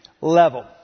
level